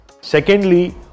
Secondly